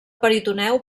peritoneu